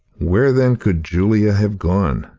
where, then, could julia have gone?